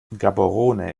gaborone